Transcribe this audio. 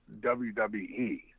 WWE